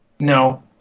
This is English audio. No